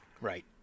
right